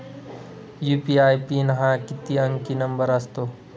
UPI PIN हा किती अंकी नंबर असतो?